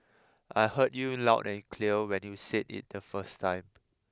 I heard you loud and clear when you said it the first time